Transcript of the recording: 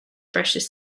precious